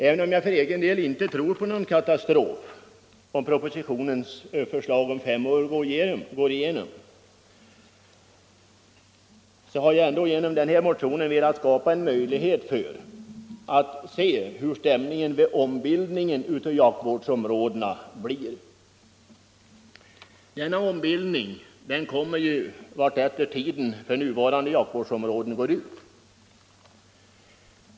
Även om jag inte tror på någon katastrof om propositionsförslaget går igenom, har jag genom motionen velat skapa en möjlighet att se hur stämningen vid ombildningen av jaktvårdsområdena blir. Denna ombildning skall ju ske successivt vartefter tiden för nuvarande jaktvårdsområden går ut.